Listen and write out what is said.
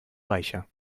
reicher